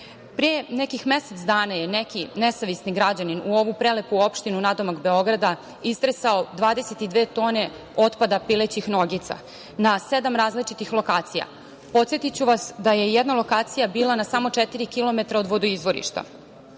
nekih mesec dana je neki nesavesni građanin u ovu prelepu opštinu nadomak Beograda istresao 22 tone otpada pilećih nogica na sedam različitih lokacija. Podsetiću vas da je jedan lokacija bila na samo četiri kilometara od vodoizvorišta.